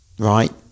Right